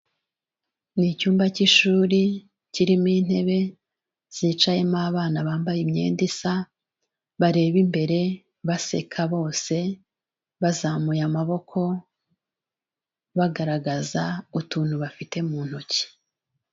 Ni icyumba k'ishuri kirimo intebe zicayemo abana bambaye imyenda isa, bareba imbere baseka bose, bazamuye amaboko, bagaragaza utuntu bafite mu ntoki.